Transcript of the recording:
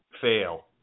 fail